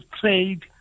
trade